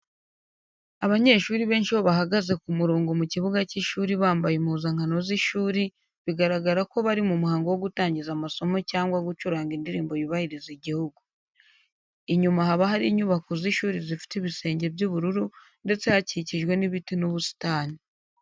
Abanyeshuri benshi iyo bahagaze ku murongo mu kibuga cy'ishuri bambaye impuzankano z'ishuri bigaragara ko bari mu muhango wo gutangiza amasomo cyangwa gucuranga indirimbo yubahiriza igihugu. Inyuma haba hari inyubako z'ishuri zifite ibisenge by'ubururu ndetse hakikijwe n'ibiti n'ubusitani.